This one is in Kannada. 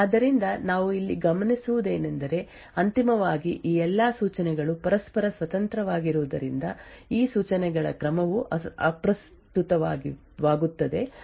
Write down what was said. ಆದ್ದರಿಂದ ನಾವು ಇಲ್ಲಿ ಗಮನಿಸುವುದೇನೆಂದರೆ ಅಂತಿಮವಾಗಿ ಈ ಎಲ್ಲಾ ಸೂಚನೆಗಳು ಪರಸ್ಪರ ಸ್ವತಂತ್ರವಾಗಿರುವುದರಿಂದ ಈ ಸೂಚನೆಗಳ ಕ್ರಮವು ಅಪ್ರಸ್ತುತವಾಗುತ್ತದೆ ಅಂತಿಮವಾಗಿ ಏನು ಮುಖ್ಯವಾಗುತ್ತದೆ ಮತ್ತು ಪ್ರೊಸೆಸರ್ ನಲ್ಲಿ ಏನು ಮಾಡಲಾಗುತ್ತದೆ ಎಂಬುದು ಕಾರ್ಯಗತಗೊಳಿಸುವಿಕೆಯ ಕೊನೆಯಲ್ಲಿ ಫಲಿತಾಂಶಗಳು ನಿಜವಾಗಿ ಕ್ರಮದಲ್ಲಿ ಬದ್ಧವಾಗಿದೆ